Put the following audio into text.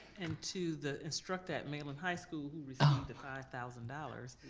and to the instructor at malen high school who received the five thousand dollars,